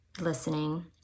listening